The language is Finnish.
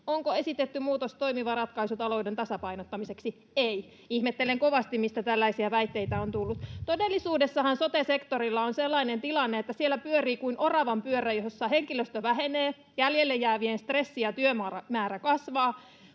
Onko esitetty muutos toimiva ratkaisu talouden tasapainottamiseksi? Ei. Ihmettelen kovasti, mistä tällaisia väitteitä on tullut. Todellisuudessahan sote-sektorilla on sellainen tilanne, että siellä pyörii kuin oravanpyörä, jossa henkilöstö vähenee, jäljelle jäävien stressi ja työmäärä kasvavat,